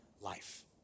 life